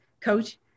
Coach